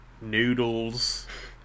noodles